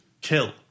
kill